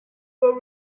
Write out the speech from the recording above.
were